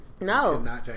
No